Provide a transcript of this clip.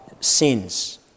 sins